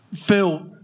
Phil